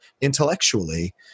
intellectually